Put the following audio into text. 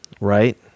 right